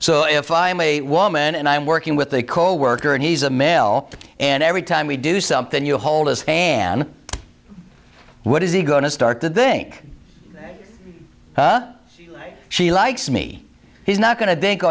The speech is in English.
so if i am a woman and i'm working with a coworker and he's a male and every time we do something you hold as a man what is he going to start the day she likes me he's not going to drink